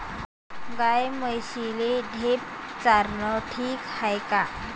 गाई म्हशीले ढेप चारनं ठीक हाये का?